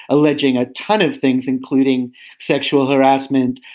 alleging a ton of things, including sexual harassment,